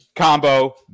Combo